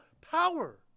power